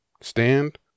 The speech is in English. stand